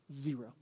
zero